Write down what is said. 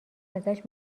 ازش